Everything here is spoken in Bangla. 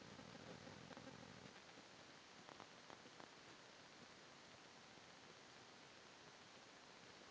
কিউই ফল হেক্টর পত্যি কয়েক টন ফল উৎপাদন করির পায়